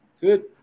Good